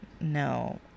no